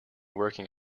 working